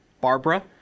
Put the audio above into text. Barbara